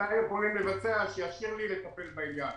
מתי יכולים לבצע שישאיר לי לטפל בעניין